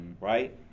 right